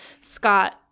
Scott